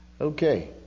Okay